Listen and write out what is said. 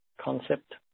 concept